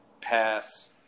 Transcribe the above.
Pass